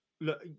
Look